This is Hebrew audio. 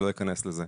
אני לא אכנס לזה.